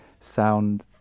sound